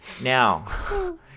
Now